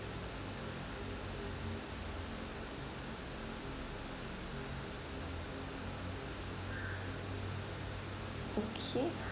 okay